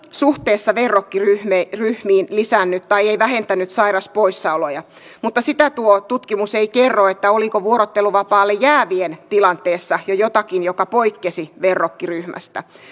suhteessa verrokkiryhmiin lisännyt tai ei vähentänyt sairauspoissaoloja mutta sitä tuo tutkimus ei kerro oliko vuorotteluvapaalle jäävien tilanteessa jo jotakin mikä poikkesi verrokkiryhmästä